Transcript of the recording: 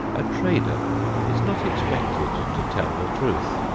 a trader is not expected to tell the truth.